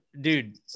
dude